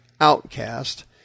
outcast